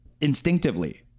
instinctively